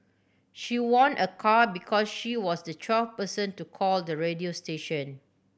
she won a car because she was the twelfth person to call the radio station